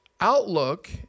outlook